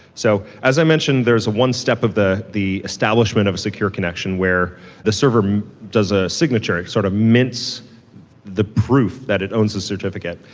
so as i mentioned, there's one step of the the establishment of a secure connection where the server does a signature, sort of mints the proof that it owns a certificate.